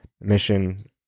mission